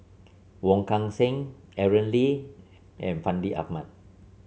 Wong Kan Seng Aaron Lee and Fandi Ahmad